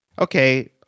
okay